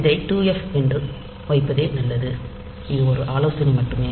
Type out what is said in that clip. இதை 2 எஃப் என்று வைப்பதே நல்லது இது ஒரு ஆலோசனை மட்டுமே